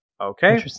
Okay